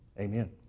amen